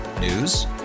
News